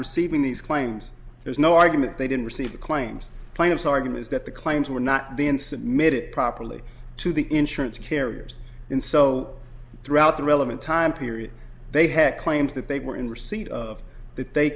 receiving these claims there's no argument they didn't receive the claims plaintiffs arguments that the claims were not being submitted properly to the insurance carriers in so throughout the relevant time period they had claims that they were in receipt of that they